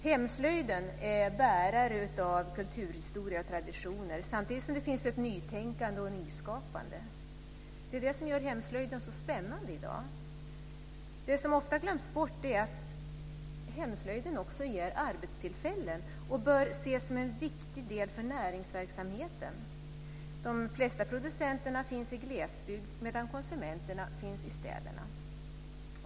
Hemslöjden är bärare av kulturhistoria och traditioner, samtidigt som det finns ett nytänkande och ett nyskapande. Det är det som gör hemslöjden så spännande i dag. Det som ofta glöms bort är att hemslöjden också ger arbetstillfällen och bör ses som viktig för näringsverksamheten. De flesta producenterna finns i glesbygd, medan konsumenterna finns i städerna.